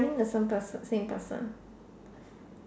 think the same person same person